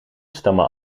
stammen